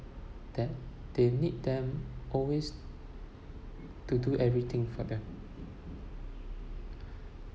that they need them always to do everything for them